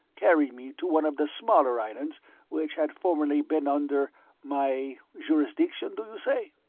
carried me to one of the smaller islands which had formerly been under my jurisdiction, do you say?